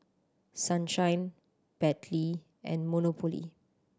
Sunshine Bentley and Monopoly